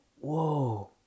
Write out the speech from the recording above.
whoa